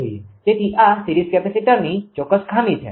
તેથી આ સિરીઝ કેપેસિટરની ચોક્કસ ખામી છે